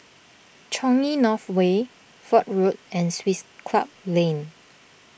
Changi North Way Fort Road and Swiss Club Lane